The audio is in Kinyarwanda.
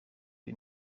ari